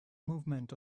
movement